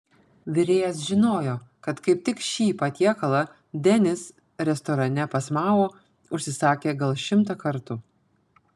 virėjas žinojo kad kaip tik šį patiekalą denis restorane pas mao užsisakė gal šimtą kartų